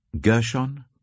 Gershon